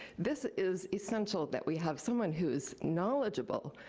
this is essential that we have someone who's knowledgeable,